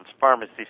pharmacy